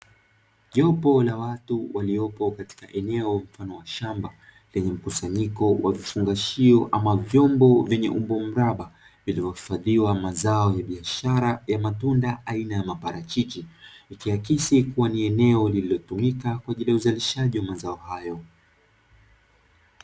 Jopo la watu lenye eneo mfano wa shamba, lenye mkusanyiko wa vifungashio ama vyombo vyenye umbo mraba, vilivyohifadhiwa mazao ya biashara ya matunda aina ya maparachichi, ikiakisi kuwa ni eneo lililotumika kwa ajili ya uzalishaji mazao hayo.